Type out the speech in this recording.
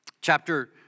chapter